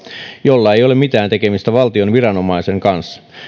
jolla ei ole mitään tekemistä valtion viranomaisen kanssa